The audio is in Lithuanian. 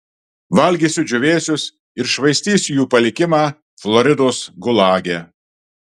valgysiu džiūvėsius ir švaistysiu jų palikimą floridos gulage